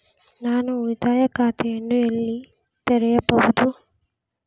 ನಾನು ಉಳಿತಾಯ ಖಾತೆಯನ್ನು ಎಲ್ಲಿ ತೆರೆಯಬಹುದು?